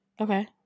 okay